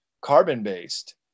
carbon-based